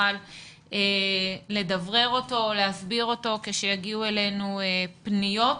נוכל לדברר אותו ולהסביר אותו כשיגיעו אלינו פניות.